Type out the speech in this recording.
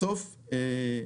בסוף צריך